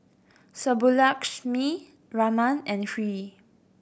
Subbulakshmi Raman and Hri